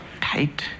tight